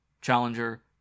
Challenger